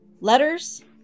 letters